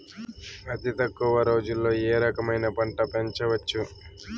అతి తక్కువ రోజుల్లో ఏ రకమైన పంట పెంచవచ్చు?